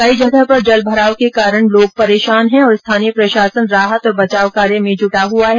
कई जगह पर जल भराव के कारण लोग परेशान है और स्थानीय प्रशासन राहत तथा बचाव कार्य में जुटा हुआ है